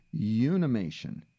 unimation